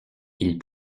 ils